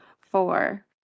four